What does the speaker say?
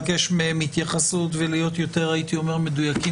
שיתקיימו גם בהקמת